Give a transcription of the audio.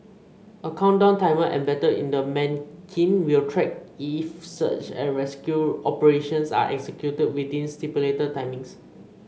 a countdown timer embedded in the manikin will track if search and rescue operations are executed within stipulated timings